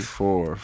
four